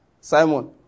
Simon